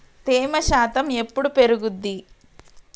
తేమ శాతం ఎప్పుడు పెరుగుద్ది?